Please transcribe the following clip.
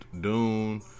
dune